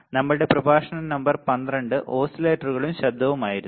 നമ്മളുടെ പ്രഭാഷണ നമ്പർ 12 ഓസിലേറ്ററുകളും ശബ്ദവും ആയിരുന്നു